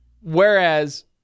whereas